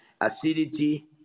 acidity